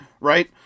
right